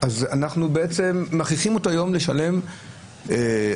אנחנו מכריחים אותו היום לשלם אגרה